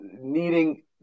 needing